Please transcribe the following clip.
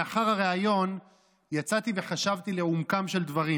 לאחר הריאיון יצאתי וחשבתי לעומקם של דברים,